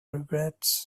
regrets